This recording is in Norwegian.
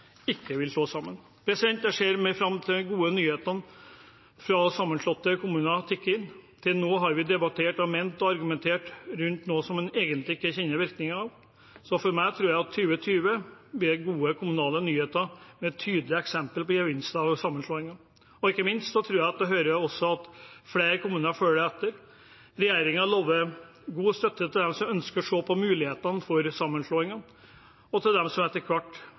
ikke vil slå sammen. Jeg ser fram til at de gode nyhetene fra sammenslåtte kommuner tikker inn. Til nå har vi debattert, ment og argumentert rundt noe som en egentlig ikke kjenner virkningen av, så for min del tror jeg at 2020 vil gi gode kommunale nyheter med tydelige eksempler på gevinster av sammenslåinger. Ikke minst tror jeg at det også fører til at flere kommuner følger etter. Regjeringen lover god støtte til dem som ønsker å se på mulighetene for sammenslåinger, og til dem som etter hvert